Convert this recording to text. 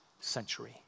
century